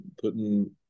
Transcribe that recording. putting